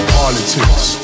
politics